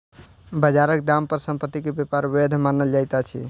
बजारक दाम पर संपत्ति के व्यापार वैध मानल जाइत अछि